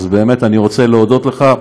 אז באמת אני רוצה להודות לך,